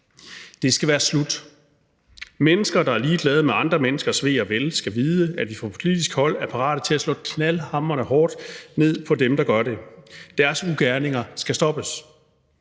Det skal være slut. Mennesker, der er ligeglade med andre menneskers ve og vel, skal vide, at vi fra politisk hold er parate til at slå knaldhamrende hårdt ned på dem, der gør det. Deres ugerninger skal stoppes.